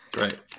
right